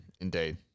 indeed